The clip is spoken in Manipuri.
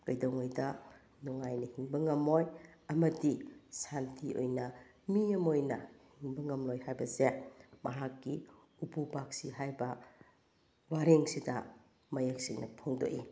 ꯀꯩꯗꯧꯉꯩꯗ ꯅꯨꯡꯉꯥꯏꯅ ꯍꯤꯡꯕ ꯉꯝꯃꯣꯏ ꯑꯃꯗꯤ ꯁꯥꯟꯇꯤ ꯑꯣꯏꯅ ꯃꯤ ꯑꯃ ꯑꯣꯏꯅ ꯍꯤꯡꯕ ꯉꯝꯂꯣꯏ ꯍꯥꯏꯕꯁꯦ ꯃꯍꯥꯛꯀꯤ ꯎꯄꯨ ꯄꯥꯛꯁꯤ ꯍꯥꯏꯔꯤꯕ ꯋꯥꯔꯦꯡꯁꯤꯗ ꯃꯌꯦꯛ ꯁꯦꯡꯅ ꯐꯣꯡꯗꯣꯛꯏ